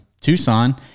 Tucson